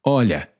olha